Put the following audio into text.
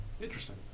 Interesting